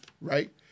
right